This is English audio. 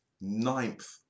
ninth